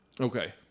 Okay